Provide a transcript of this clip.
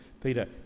Peter